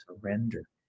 surrender